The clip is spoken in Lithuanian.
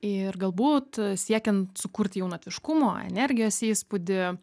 ir galbūt siekiant sukurti jaunatviškumo energijos įspūdį